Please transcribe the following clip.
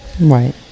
right